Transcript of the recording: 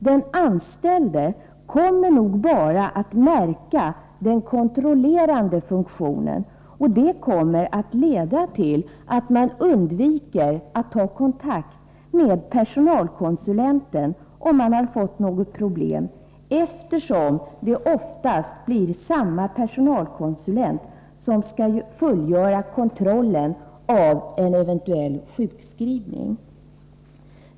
Den anställde kommer nog bara att märka den kontrollerande funktionen, och det kommer att leda till att man undviker att ta kontakt med personalkonsulenten om man har fått något problem, eftersom det oftast är samma personalkonsulent som skall fullgöra kontrollen vid en eventuell sjukskrivning.